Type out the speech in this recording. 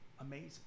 amazing